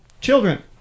children